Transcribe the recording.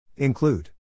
Include